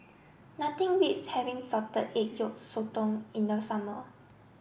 nothing beats having Salted Egg Yolk Sotong in the summer